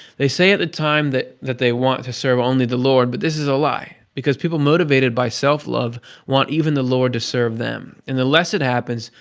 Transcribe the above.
they say at the time that that they want to serve only the lord, but this is a lie, because people motivated by self-love want even the lord to serve them, and the less it happens,